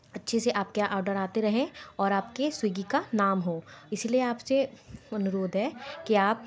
अच्छे से आप के यहाँ आर्डर आते रहें और आपके स्विग्गी का नाम हो इसलिए आपसे अनुरोध है कि आप